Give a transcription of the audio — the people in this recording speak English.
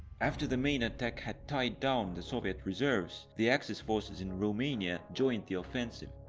after the main attack had tied down the soviet reserves, the axis forces in romania joined the offensive.